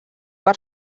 per